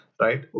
right